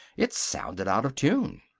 it sounded out of tune.